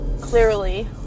Clearly